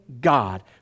God